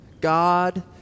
God